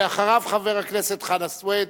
אחריו, חבר הכנסת חנא סוייד,